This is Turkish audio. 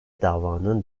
davanın